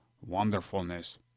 wonderfulness